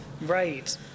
Right